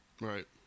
Right